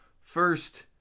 first